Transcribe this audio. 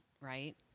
right